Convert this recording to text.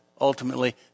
ultimately